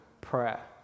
prayer